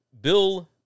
Bill